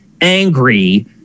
angry